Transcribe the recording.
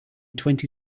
twenty